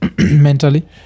mentally